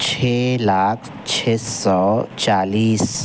چھ لاکھ چھ سو چالیس